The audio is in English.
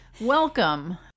welcome